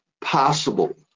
possible